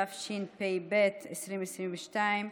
התשפ"ב 2022,